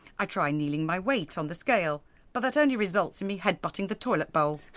i try kneeling my weight on the scale but that only results in me head butting the toilet bowl.